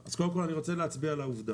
אז קודם כל אני רוצה להצביע על העובדה,